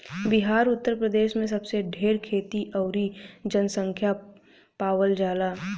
बिहार उतर प्रदेश मे सबसे ढेर खेती अउरी जनसँख्या पावल जाला